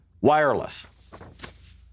wireless